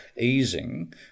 easing